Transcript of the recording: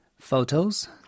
Photos